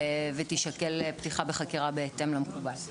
ותישקל פתיחה בחקירה בהתאם למקובל.